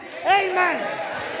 amen